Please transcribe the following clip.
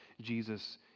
Jesus